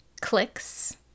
clicks